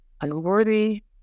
unworthy